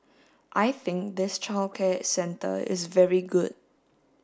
I think this childcare centre is very good